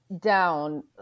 down